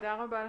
תודה רבה.